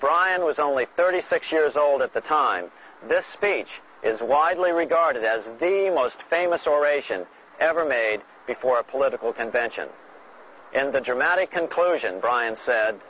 brian was only thirty six years old at the time this speech is widely regarded as the most famous oration ever made before a political convention and the dramatic conclusion bryant said